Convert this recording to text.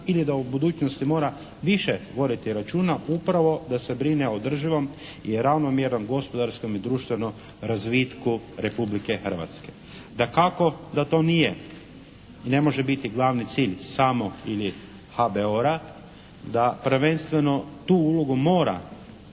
ili da u budućnosti mora više voditi računa upravo da se brine o održivom i ravnomjernom gospodarskom i društvenom razvitku Republike Hrvatske. Dakako da to nije i ne može biti glavni cilj samo ili HBOR-a, da prvenstveno tu ulogu mora